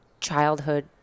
childhood